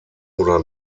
oder